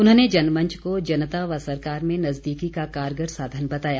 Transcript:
उन्होंने जनमंच को जनता व सरकार में नज़दीकी का कारगर साधन बताया